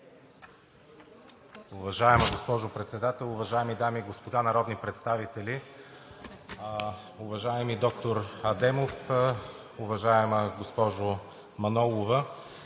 Уважаема госпожо Председател, уважаеми дами и господа народни представители! Уважаеми доктор Адемов, уважаема госпожо Манолова,